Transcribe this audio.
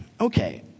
okay